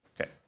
Okay